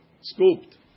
scooped